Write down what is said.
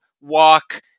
walk